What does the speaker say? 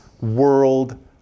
world